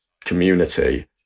community